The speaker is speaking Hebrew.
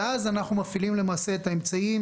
אז אנחנו למעשה מפעילים את האמצעים